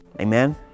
Amen